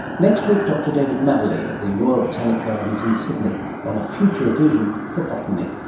next week dr david mabberley of the royal botanic gardens in sydney on a future vision for botany.